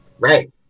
Right